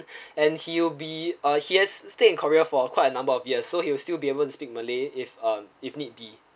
and he'll be uh he has stayed in korea for a quite a number of years so he will still be able to speak malay if uh if need be